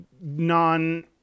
non-